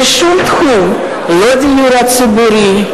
בשום תחום, לא דיור ציבורי,